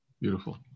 Beautiful